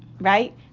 Right